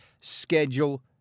schedule